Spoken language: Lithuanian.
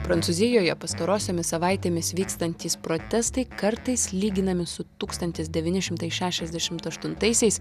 prancūzijoje pastarosiomis savaitėmis vykstantys protestai kartais lyginami su tūkstantis devyni šimtai šešiasdešimt aštuntaisiais